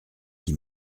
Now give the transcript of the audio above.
qui